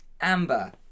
Amber